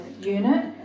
Unit